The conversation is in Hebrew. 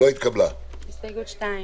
הצבעה ההסתייגות לא אושרה.